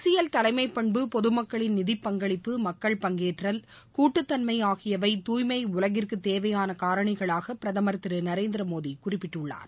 அரசியல் தலைமை பண்பு பொதுமக்களின் நிதி பங்களிப்பு மக்கள் பங்கேற்றல் கூட்டுதன்மை ஆகியவை தூய்மை உலகிற்கு தேவையான காரணிகளாக பிரதமர் திரு நரேந்திரமோடி குறிப்பிட்டுள்ளார்